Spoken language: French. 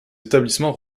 établissements